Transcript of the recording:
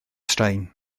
straen